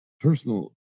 personal